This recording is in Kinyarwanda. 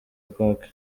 park